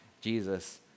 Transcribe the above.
Jesus